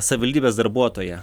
savivaldybės darbuotoja